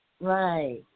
Right